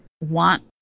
want